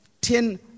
ten